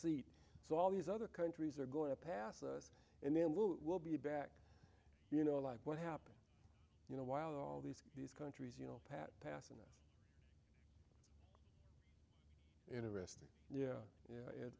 seat so all these other countries are going to pass us and then we'll we'll be back you know like what happened you know while all these these you know pat passes interesting yeah yeah it